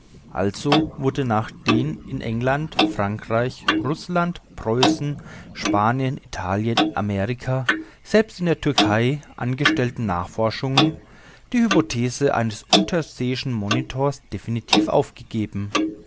also wurde nach den in england frankreich rußland preußen spanien italien amerika selbst in der türkei angestellten nachforschungen die hypothese eines unterseeischen monitors definitiv aufgegeben